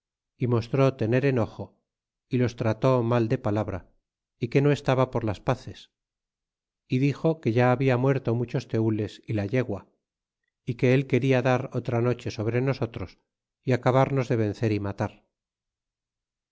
y mostró tener enojo y los trató mal de palabra y que no estaba por las paces y dixo que ya habia muerto muchos tenles y la yegua y que él queda dar otra noche sobre nosotros y acabarnos de vencer y matar